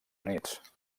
units